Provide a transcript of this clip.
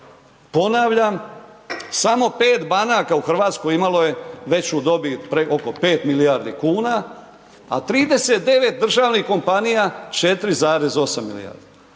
Ponavljam samo 5 banaka u Hrvatskoj imalo je veću dobit oko 5 milijardi kuna, a 39 državnih kompanija 4,8 milijardi.